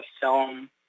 film